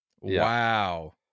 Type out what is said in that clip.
Wow